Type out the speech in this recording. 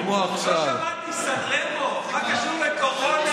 לא שמעתי, סן רמו, מה קשור לקורונה.